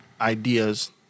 ideas